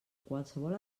qualsevol